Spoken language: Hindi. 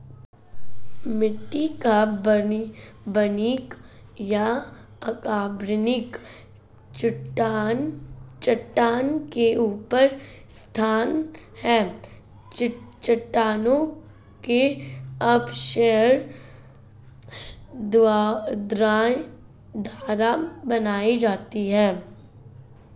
मिट्टी कार्बनिक या अकार्बनिक चट्टान के ऊपर स्थित है चट्टानों के अपक्षय द्वारा बनाई जाती है